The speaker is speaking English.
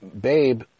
Babe